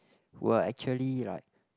were actually like